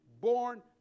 born